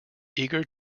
eager